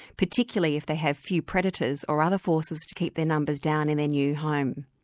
particularly if they have few predators or other forces to keep their numbers down in their new home.